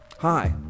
Hi